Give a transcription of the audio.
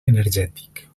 energètic